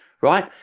right